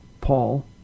Paul